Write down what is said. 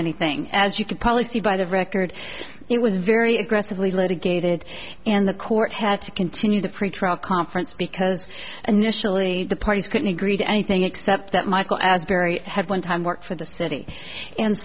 anything as you can policy by the record it was very aggressively litigated and the court had to continue the pretrial conference because initially the parties couldn't agree to anything except that michael asbury had one time worked for the city and